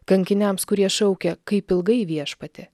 kankiniams kurie šaukia kaip ilgai viešpatie